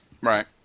Right